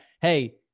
Hey